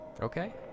Okay